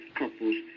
couples